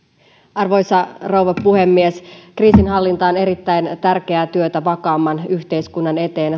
arvoisa rouva puhemies kriisinhallinta on erittäin tärkeää työtä vakaamman yhteiskunnan eteen